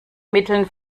mitteln